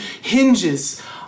hinges